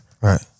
Right